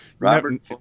Robert